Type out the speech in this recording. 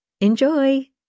Enjoy